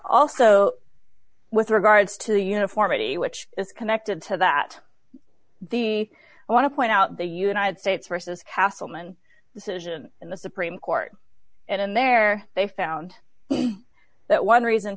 also with regards to uniformity which is connected to that the i want to point out the united states versus castleman decision in the supreme court and in there they found that one reason